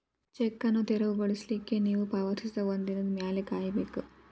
check ಅನ್ನು ತೆರವುಗೊಳಿಸ್ಲಿಕ್ಕೆ ನೇವು ಪಾವತಿಸಿದ ಒಂದಿನದ್ ಮ್ಯಾಲೆ ಕಾಯಬೇಕು